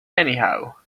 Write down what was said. anyhow